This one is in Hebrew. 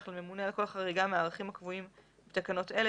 לממונה על כל חריגה מהערכים הקבועים בתקנות אלה,